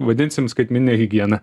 vadinsim skaitmenine higiena